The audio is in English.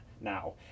now